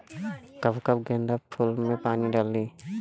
कब कब गेंदा फुल में पानी डाली?